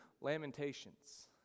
Lamentations